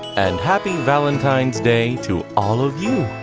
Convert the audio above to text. and happy valentine's day to all of you.